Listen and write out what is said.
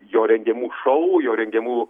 jo rengiamų šou jo rengiamų